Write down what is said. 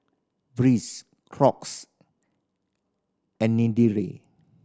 Breeze Crocs and